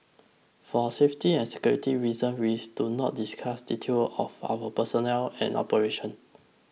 for safety and security reasons we do not discuss details of our personnel or operations